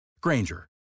Granger